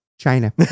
China